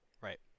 Right